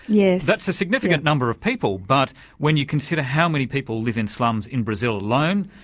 yeah that's a significant number of people, but when you consider how many people live in slums in brazil alone,